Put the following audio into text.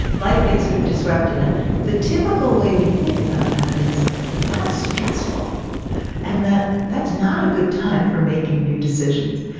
life gets disrupted and the typical way we think about that is that that's stressful and that that's not a good time for making new decisions.